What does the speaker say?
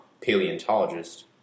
paleontologist